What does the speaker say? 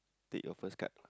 take your first card